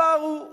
הפער הוא גדול,